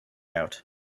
out